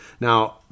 Now